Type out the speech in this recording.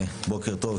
בוקר טוב,